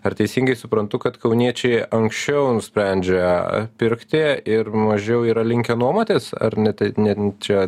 ar teisingai suprantu kad kauniečiai anksčiau nusprendžia pirkti ir mažiau yra linkę nuomotis ar ne tai ne čia